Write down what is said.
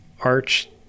arch